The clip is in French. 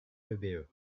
l’ebe